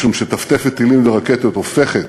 משום שטפטפת טילים ורקטות הופכת